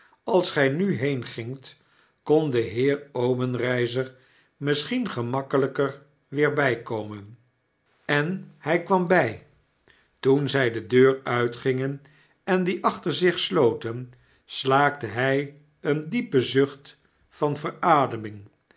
als gy m heengingt kon deheer obenreizer misschien gemakkelijker weer bijkomen en hy kwam by toen zy de deur uitgingen en die achter zichsloten slaakte hij eendiepen zucht van verademing